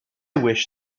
wish